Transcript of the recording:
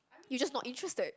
you just not interested